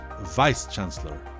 Vice-Chancellor